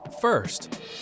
First